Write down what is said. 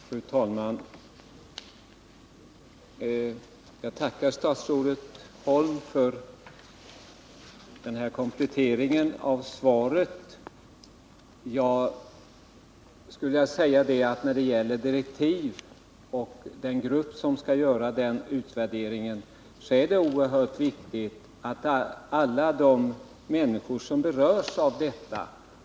Fru talman! Jag tackar statsrådet Holm för detta kompletterande svar. I den utvärdering som skall göras är det viktigt att synpunkter från alla de människor som berörs förs fram.